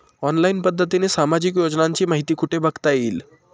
Online पद्धतीने सामाजिक योजनांची माहिती कुठे बघता येईल?